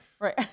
Right